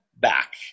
back